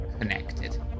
connected